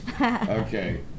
Okay